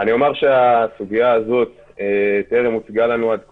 אני אומר שהסוגיה הזאת טרם הוצגה לנו עד כה.